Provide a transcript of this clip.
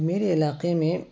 میرے علاقے میں